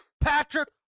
Patrick